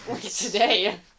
today